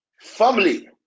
family